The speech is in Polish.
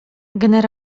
generał